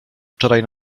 wczoraj